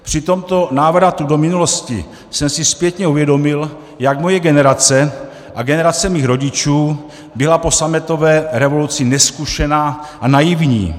Při tomto návratu do minulosti jsem si zpětně uvědomil, jak moje generace a generace mých rodičů byla po sametové revoluci nezkušená a naivní.